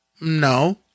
No